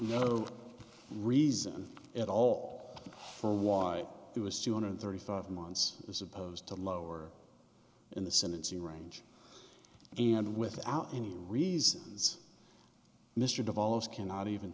no reason at all for why it was two hundred and thirty five months as opposed to lower in the sentencing range and without any reasons mr deval is cannot even